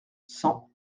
cent